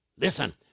Listen